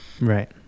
Right